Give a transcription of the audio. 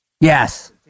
Yes